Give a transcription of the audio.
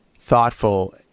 thoughtful